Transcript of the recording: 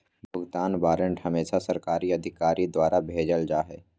भुगतान वारन्ट हमेसा सरकारी अधिकारी द्वारा भेजल जा हय